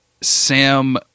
Sam